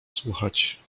słuchać